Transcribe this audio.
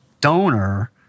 donor